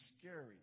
scary